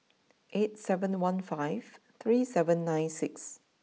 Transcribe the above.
eight seven one five three seven nine six